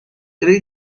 tre